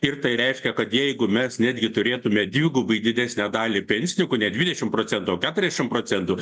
ir tai reiškia kad jeigu mes netgi turėtume dvigubai didesnę dalį pensininkų ne dvidešim procentų keturiadešim procentų